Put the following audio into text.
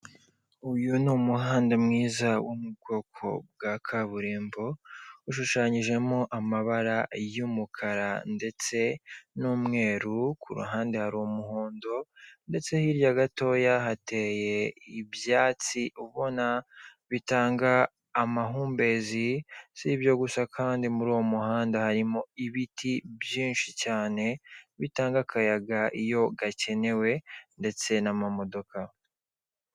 Uyu ni umuhanda mwiza wo mu bwoko bwa kaburimbo ushushanyijemo amabara y'umukara ndetse n'umweru, kuruhande hari umuhondo ndetse hirya gatoya hateye ibyatsi ubona bitanga amahumbezi, si ibyo gusa kandi muri uwo muhanda harimo ibiti byinshi cyane bitanga akayaga iyo gakenewe ndetse n'amamodoka.